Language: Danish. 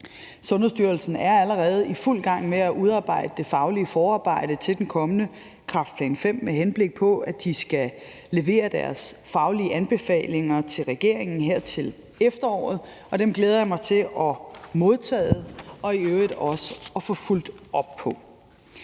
Sundhedsstyrelsen er allerede i fuld gang med at udarbejde det faglige forarbejde til den kommende kræftplan V, med henblik på at de skal levere deres faglige anbefalinger til regeringen her til efteråret, og dem glæder jeg mig til at modtage og også at få fulgt op på.